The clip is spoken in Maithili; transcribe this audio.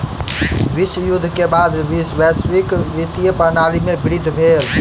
विश्व युद्ध के बाद वैश्विक वित्तीय प्रणाली में वृद्धि भेल